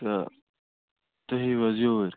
تہٕ تُہۍ یِیوٗ حظ یوٗرۍ